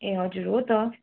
ए हजुर हो त